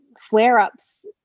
flare-ups